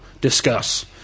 discuss